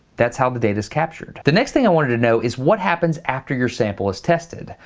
that's how the data is captured the next thing i wanted to know is what happens after your sample is tested.